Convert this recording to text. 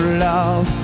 love